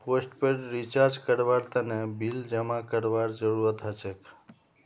postpaid recharge करवार तने bill जमा करवार जरूरत हछेक